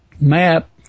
map